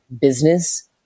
business